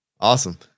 Awesome